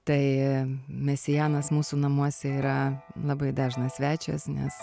tai mesianas mūsų namuose yra labai dažnas svečias nes